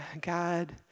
God